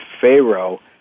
Pharaoh